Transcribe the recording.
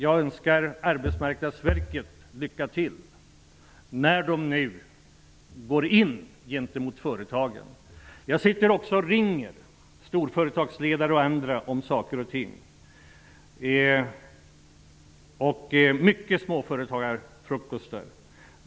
Jag önskar Arbetsmarknadsverket lycka till när man nu går in gentemot företagen. Jag ringer storföretagsledare och andra för att prata om saker och ting, och jag har många frukostar med småföretagare.